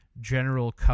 General